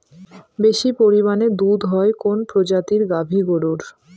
বেশি পরিমানে দুধ হয় কোন প্রজাতির গাভি গরুর?